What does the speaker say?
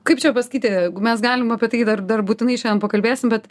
kaip čia pasakyti mes galim apie tai dar dar būtinai šiandien pakalbėsim bet